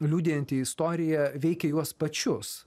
liudijanti istorija veikia juos pačius